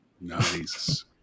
Nice